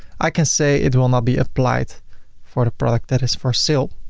i can say it will not be applied for the product that is for sale.